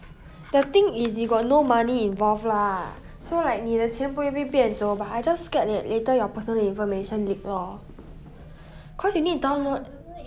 the thing is you got no money involved lah so like 你的钱不一定变走 but I just scared that later your personal information leak lor cause you need to download